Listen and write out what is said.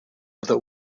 other